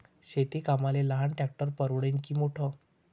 शेती कामाले लहान ट्रॅक्टर परवडीनं की मोठं?